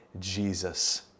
Jesus